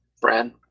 Brad